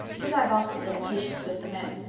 because i've awful little patience with the men.